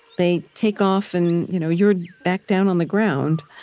they take off and you know you're back down on the ground.